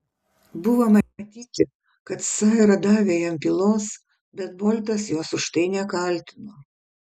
buvo matyti kad saira davė jam pylos bet boltas jos už tai nekaltino